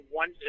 one